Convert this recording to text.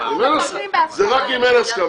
זה רק אם אין הסכמה.